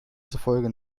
zufolge